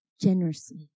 generously